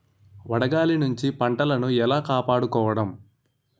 వడగాలి నుండి పంటను ఏలా కాపాడుకోవడం?